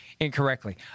Incorrectly